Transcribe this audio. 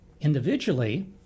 individually